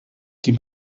die